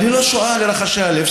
היא לא שועה לרחשי הלב.